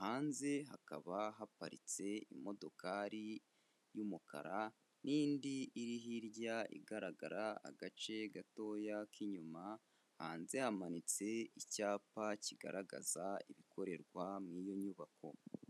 hanze hakaba haparitse imodokari y'umukara n'indi iri hirya igaragara agace gatoya k'inyuma, hanze hamanitse icyapa kigaragaza ibikorerwa mu iyo nyubako.